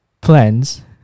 plans